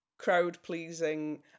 crowd-pleasing